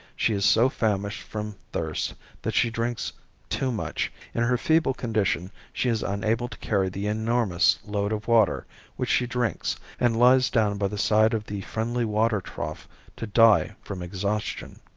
she is so famished from thirst that she drinks too much. in her feeble condition she is unable to carry the enormous load of water which she drinks and lies down by the side of the friendly water trough to die from exhaustion.